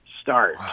start